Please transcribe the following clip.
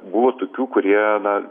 buvo tokių kurie na